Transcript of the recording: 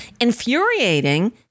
infuriating